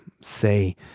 say